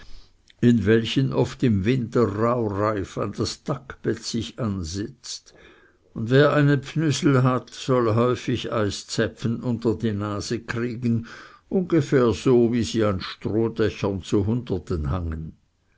in welchen oft im winter biecht an das dackbett sich ansetzt und wer einen pfnüsel hat soll häufig eiszäpfen unter die nase kriegen ungefähr so wie sie an strohdächern zu hunderten hangen